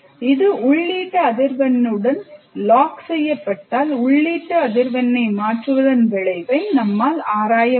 இது உள்ளீட்டு அதிர்வெண்ணுடன் lock செய்யப்பட்டால் உள்ளீட்டு அதிர்வெண்ணை மாற்றுவதன் விளைவை என்னால் ஆராய முடியும்